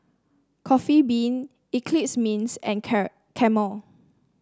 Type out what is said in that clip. Coffee Bean Eclipse Mints and Camel